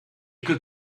could